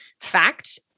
fact